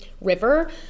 River